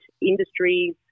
industries